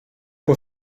può